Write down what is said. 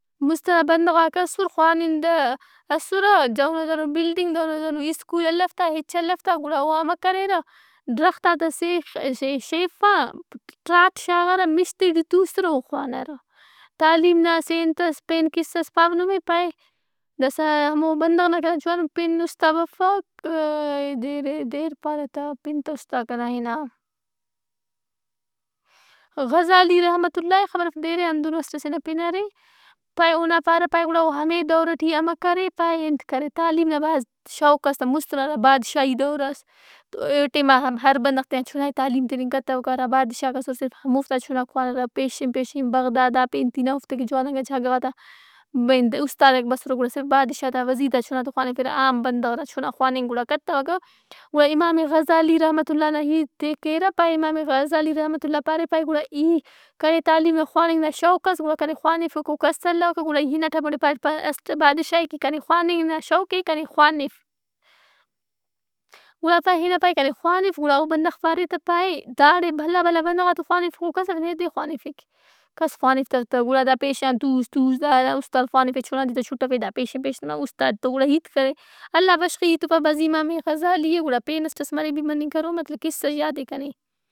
مُست ئنا بندغاک اسر خوانندہ اسرہ۔ دہنو دہنو بلڈنگ دہنو دہنو سکول الّوتا۔ ہچ الوتا۔ گڑا او امہ کریرہ۔ درختاتاسیخ- شیف آ ٹاٹ شاغارہ مشت ئے ٹی تُوسرہ او خوانارہ۔ تعلیم نا اسہ انت ئس پین قصہس پاو نمے۔ پائہہ داسا ہمو بندغ نا کنے جوانو پن اُست آ بفک۔ دیر اے دیر پارہ تہ پن تہ اُست آن کنا ہِنا۔ غزالی رحمت اللہ اے خبر اف دیر اے۔ ہندنو اسٹ ئسے نا پن ارے۔ پائہہ اونا پارے کہ او ہمے دور ئٹی امر کرے۔ پائہہ انت کرے تعلیم نا بھاز شوق اس تہ۔ مُست نا بادشاہی دور اس۔ تو اے ٹیم آ ہر بندغ تینا چُنا ئے تعلیم تِننگ کتوکہ۔ ہرا بادشاہک اسر، صرف ہموفتا چناک خوانارہ۔ پیشن پیشن بغداد آ پین تین اوفت ئے کہ جواننگا جاگہ غات آ بہ-انت اُستاداک بسرہ گڑاصرف بادشات آ، وزیرت آ چُنا ت ئے خوانِفیرہ۔ عام بندغ نا چنا خواننگ گڑا کتوکہ۔ گڑا امام غزالی رحمت اللہ علیہ نا ہیت ئے کیرہ پائہہ امام غزالی رحمت اللہ علیہ پارے پائہہ گڑا ای کنے تعلیم ئے خواننگ نا شوق اس۔ گڑا کنے خوانفوکو کس الّوکہ۔ گڑا ہنداڑتو اسٹ بادشاہ توکنے خواننگ نا شوق ئے کنے خوانف۔ گڑا پائہہ ہنا پائہہ کنے خوانف گڑا او بندغ پارے تہ پائہہ داڑے بھلا بھلا بندغات ئے خوانِفوہ کس اف نے دے خوانفک؟ کس خوانِفتو تہ۔ گڑا دا پیشن تٗوس توس داہرا استاد خوانفے چُنات ئے چُھٹفے۔ دا پیشن پیش تما اُستاد تو گڑا ہیت کرے۔ اللہ بشخہ، ای تو پاوہ بھازی امام غزالی اے گڑا پین اسٹ ئس مرے بھی مننگ کرو۔ مطلب قصہ یاد اے کنے۔